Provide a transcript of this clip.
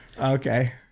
Okay